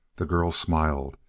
the girl smiled.